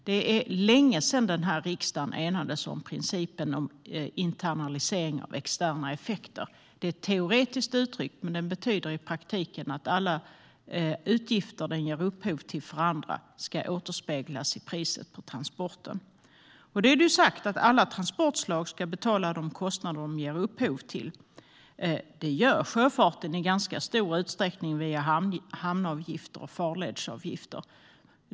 Det var länge sedan som riksdagen enades om principen om internalisering av externa effekter. Den uttrycks teoretiskt, men den betyder i praktiken att alla utgifter som transportslaget ger upphov till ska återspeglas i prissättningen. Det har sagts att alla transportslag ska betala de kostnader som de ger upphov till. Det gör sjöfarten i ganska stor utsträckning via hamnavgifter och farledsavgifter.